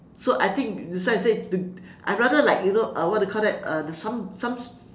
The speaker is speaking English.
so I think that's why I say I rather like you know uh what do you call that uh the some some